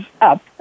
up